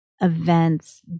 events